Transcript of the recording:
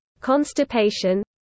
constipation